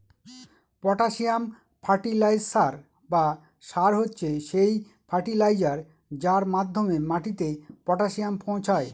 potassium fertiliser বা সার হচ্ছে সেই ফার্টিলাইজার যার মাধ্যমে মাটিতে পটাসিয়াম পৌঁছায়